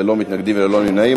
ללא מתנגדים וללא נמנעים.